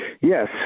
Yes